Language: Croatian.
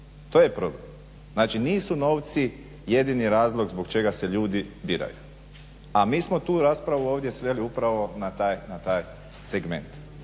To je problem. Nisu novci jedini razlog zbog čega se ljudi biraju, a mi smo tu raspravu sveli upravo na taj segment.